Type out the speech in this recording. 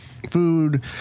Food